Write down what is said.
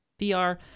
VR